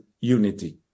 unity